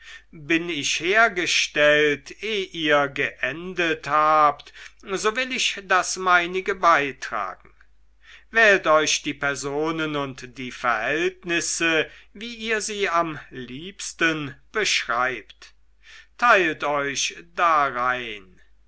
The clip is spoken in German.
bin ich hergestellt eh ihr geendet habt so will ich das meinige beitragen wählt euch die personen und die verhältnisse wie ihr sie am liebsten beschreibt teilt euch darein